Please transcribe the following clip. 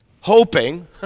Hoping